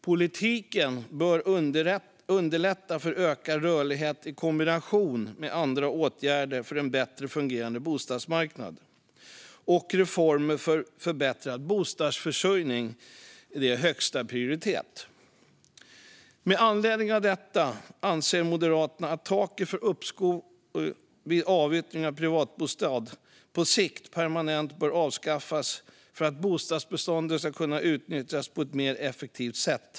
Politiken bör underlätta för ökad rörlighet i kombination med andra åtgärder för en bättre fungerande bostadsmarknad och reformer för förbättrad bostadsförsörjning. Det är av högsta prioritet. Med anledning av detta anser Moderaterna att taket för uppskov vid avyttring av privatbostad på sikt bör avskaffas permanent för att bostadsbeståndet ska kunna utnyttjas på ett mer effektivt sätt.